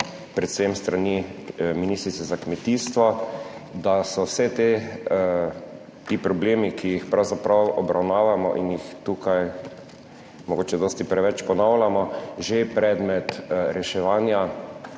predvsem s strani ministrice za kmetijstvo, da so vsi ti problemi, ki jih pravzaprav obravnavamo in jih tukaj mogoče dosti preveč ponavljamo, že predmet reševanja